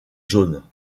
jaunes